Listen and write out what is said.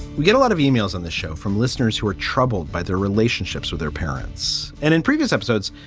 we get a lot of yeah e-mails on the show from listeners who are troubled by their relationships with their parents and in previous episodes,